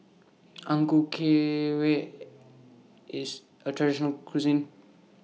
Ang Ku IS A Traditional Local Cuisine